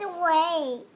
away